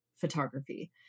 photography